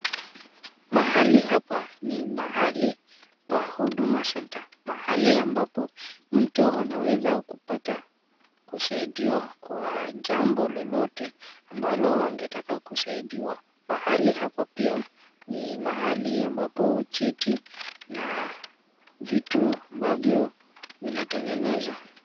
Mahali hapa ni mahali pa huduma centre mahali ambapo mtu anaweza kupata kusaidiwa kwa jambo lolote ambalo wangetaka kusaidiwa .Mahali hapa pia ni mahali ambapo cheti na vitu ambavyo vinatengenezwa.